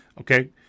Okay